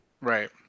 Right